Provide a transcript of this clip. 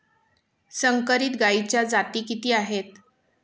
संकरित गायीच्या जाती किती आहेत?